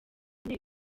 imwe